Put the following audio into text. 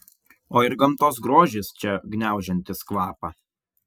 o ir gamtos grožis čia gniaužiantis kvapą